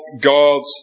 God's